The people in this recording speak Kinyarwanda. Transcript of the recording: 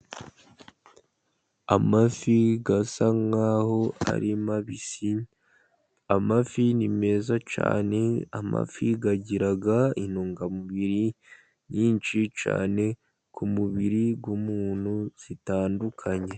Amafi asa nk'aho ari mabisi, amafi ni meza cyane, amafi agira intungamubiri nyinshi cyane, ku mubiri w'umuntu zitandukanye.